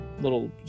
little